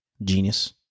Genius